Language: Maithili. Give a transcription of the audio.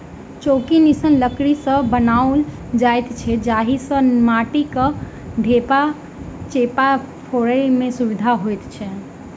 चौकी निस्सन लकड़ी सॅ बनाओल जाइत छै जाहि सॅ माटिक ढेपा चेपा फोड़य मे सुविधा होइत छै